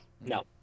No